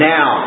Now